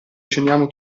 ceniamo